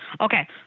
Okay